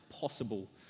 possible